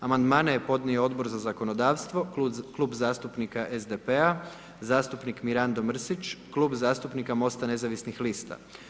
Amandmane je podnio Odbor za zakonodavstvo, Klub zastupnika SDP-a, zastupnik Mirando Mrsić, Klub zastupnika MOST-a nezavisnih lista.